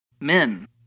men